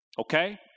Okay